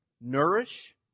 nourish